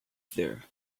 there